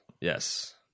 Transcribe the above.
Yes